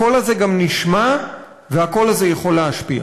הקול הזה גם נשמע והקול הזה יכול להשפיע.